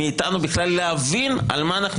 מניעת יכולת מאיתנו בכלל להבין על מה אנחנו